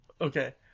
Okay